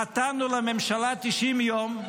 נתנו לממשלה 90 יום,